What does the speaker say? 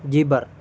జీబర్